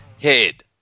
head